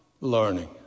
learning